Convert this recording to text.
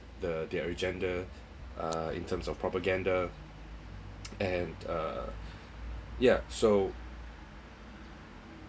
the their agenda uh in terms of propaganda and uh yeah so